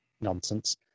nonsense